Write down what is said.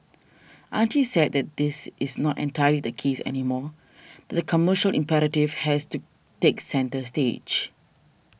aren't you sad that that is not entirely the case anymore that the commercial imperative has to take centre stage